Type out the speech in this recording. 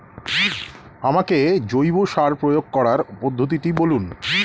আমাকে জৈব সার প্রয়োগ করার পদ্ধতিটি বলুন?